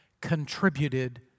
contributed